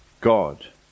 God